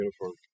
uniform